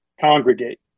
congregate